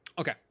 Okay